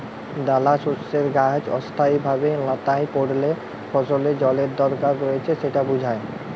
দালাশস্যের গাহাচ অস্থায়ীভাবে ল্যাঁতাই পড়লে ফসলের জলের দরকার রঁয়েছে সেট বুঝায়